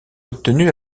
obtenue